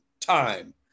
time